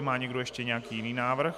Má někdo ještě nějaký jiný návrh?